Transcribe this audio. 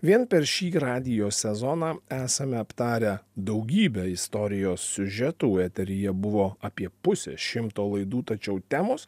vien per šį radijo sezoną esame aptarę daugybę istorijos siužetų eteryje buvo apie pusę šimto laidų tačiau temos